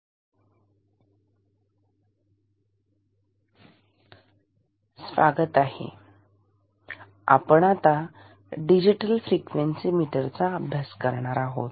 digital frequency meter स्वागत आहे आपण आता डिजिटल फ्रिक्वेन्सी मीटरचा अभ्यास करणार आहोत